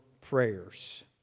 prayers